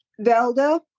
Velda